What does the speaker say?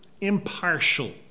impartial